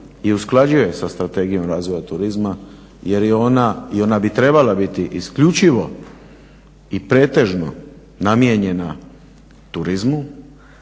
i usklađuje sa Strategijom razvoja turizma jer je ona i ona bi trebala biti isključivo i pretežno namijenjena turizmu,